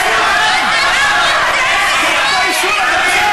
תתביישו לכם.